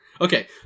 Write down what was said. Okay